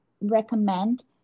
recommend